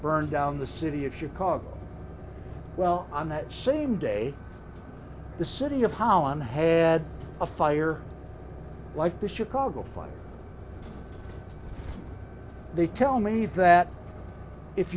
burned down the city of chicago well on that same day the city of how on had a fire like the chicago fire they tell me that if